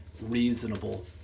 reasonable